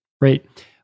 right